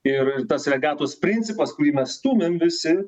ir tas regatos principas kurį mes stūmėm visi